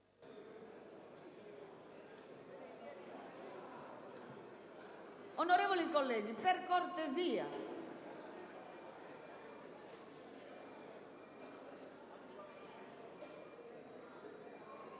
Onorevoli colleghi, per cortesia,